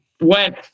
went